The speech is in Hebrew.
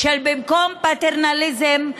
במקום של פטרנליזם,